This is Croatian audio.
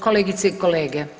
Kolegice i kolege.